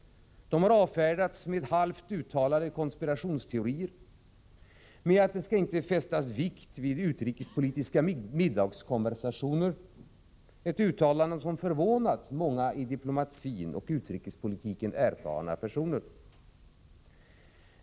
De har avfärdats med halvt uttalade konspirationsteorier, med att det inte skall fästas vikt vid utrikespolitiska middagskonversationer — ett uttalande som förvånat många i diplomatin och i utrikespolitiken erfarna personer.